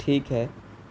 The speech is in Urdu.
ٹھیک ہے